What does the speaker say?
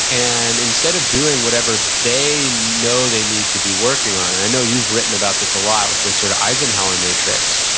and instead of doing whatever they know they need to be working on, and i know you've written about this a lot with this sort of eisenhower matrix,